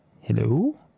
Hello